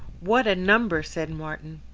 what a number! said martin.